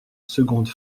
seconde